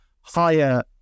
Higher